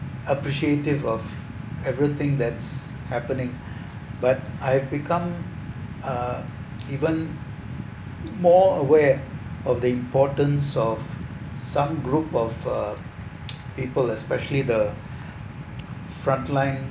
appreciative of everything that's happening but I have become uh even more aware of the importance of some group of uh people especially the front line